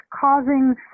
causing